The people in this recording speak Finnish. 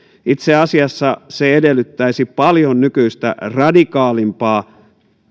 itse asiassa se edellyttäisi paljon nykyistä radikaalimpaa